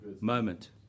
moment